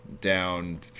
down